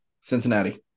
Cincinnati